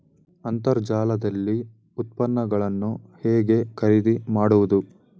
ಅಂತರ್ಜಾಲದಲ್ಲಿ ಉತ್ಪನ್ನಗಳನ್ನು ಹೇಗೆ ಖರೀದಿ ಮಾಡುವುದು?